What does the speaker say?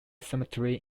cemetery